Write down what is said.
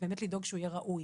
לדאוג שהוא יהיה ראוי.